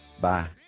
Bye